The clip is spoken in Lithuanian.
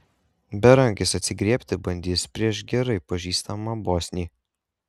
berankis atsigriebti bandys prieš gerai pažįstamą bosnį